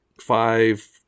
five